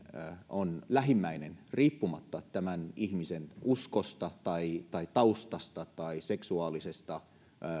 on lähimmäinen riippumatta tämän ihmisen uskosta tai tai taustasta tai seksuaalisesta